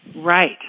Right